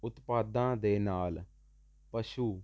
ਉਤਪਾਦਾਂ ਦੇ ਨਾਲ ਪਸ਼ੂ